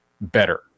better